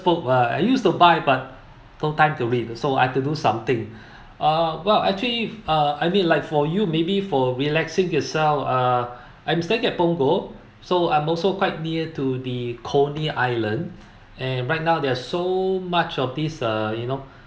book uh I used to buy but no time to read so I've to do something uh well actually uh I mean like for you maybe for relaxing itself uh I'm staying at Punggol so I'm also quite near to the coney island and right now there are so much of this uh you know